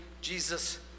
Jesus